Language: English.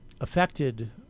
affected